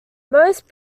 most